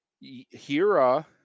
Hira